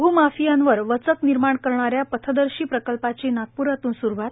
भूमाफियांवर वचक निर्माण करणाऱ्या पथदर्शी प्रकल्पाची नागप्रातून स्रुवात